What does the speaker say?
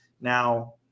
Now